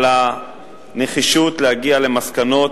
על הנחישות להגיע למסקנות,